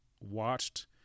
watched